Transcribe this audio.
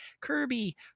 Kirby